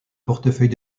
portefeuille